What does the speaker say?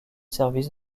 services